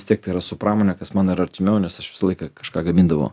vistiek tai yra su pramone kas man yra artimiau nes aš visą laiką kažką gamindavau